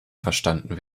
verstanden